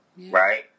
right